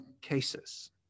cases